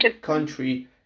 country